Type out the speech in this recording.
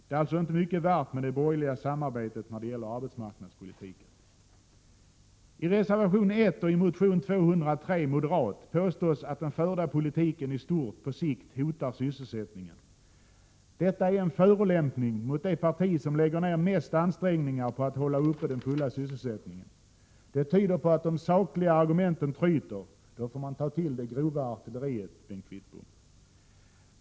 Det borgerliga samarbetet är alltså inte mycket värt när det gäller arbetsmarknadspolitiken. I reservation 1 och i motion A203, moderat, påstås att den förda politiken i stort på sikt hotar sysselsättningen. Detta är en förolämpning mot det parti som lägger ner mest ansträngningar på att hålla uppe den fulla sysselsättningen. Det tyder på att de sakliga argumenten tryter. Då får man ta till det grova artilleriet, Bengt Wittbom.